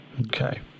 Okay